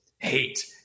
hate